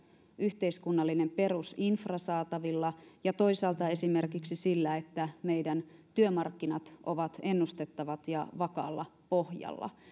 yhteiskunnallinen perusinfra saatavilla ja toisaalta esimerkiksi sillä että meidän työmarkkinat ovat ennustettavat ja vakaalla pohjalla